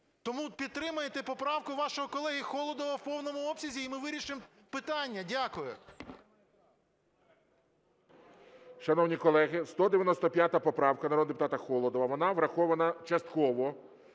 Тому підтримайте поправку вашого колеги Холодова в повному обсязі, і ми вирішимо питання. Дякую. ГОЛОВУЮЧИЙ. Шановні колеги, 195 поправка народного депутата Холодова, вона врахована частково.